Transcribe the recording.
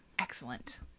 Excellent